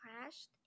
crashed